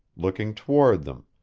looking toward them,